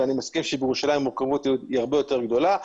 ואני מסכים שבירושלים הכמות היא הרבה יותר גדולה,